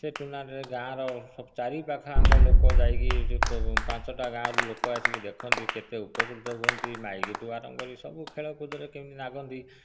ସେ ଟୁର୍ଣ୍ଣାମେଣ୍ଟ୍ରେ ଗାଁର ଚାରି ପାଖ ଆଖ ଲୋକ ଯାଇକି ପାଞ୍ଚଟା ଗାଁର ଲୋକମାନେ ଆସିକି ଦେଖନ୍ତି କେତେ ଉପକୃତ ହୁଅନ୍ତି ମାଇପିଠୁ ଆରମ୍ଭ ସବୁ ଖେଳ କୁଦରେ କେମିତି ଲାଗନ୍ତି